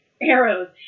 arrows